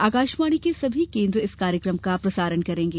आकाशवाणी के सभी केन्द्र इस कार्यक्रम का प्रसारण करेंगे